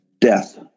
death